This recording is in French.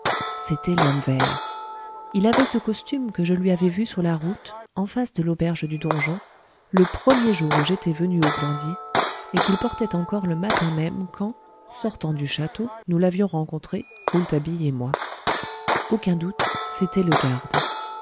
c'était l'homme vert il avait ce costume que je lui avais vu sur la route en face de l'auberge du donjon le premier jour où j'étais venu au glandier et qu'il portait encore le matin même quand sortant du château nous l'avions rencontré rouletabille et moi aucun doute c'était le garde